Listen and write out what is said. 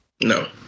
No